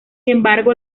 embargo